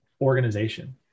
organization